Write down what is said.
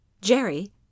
Jerry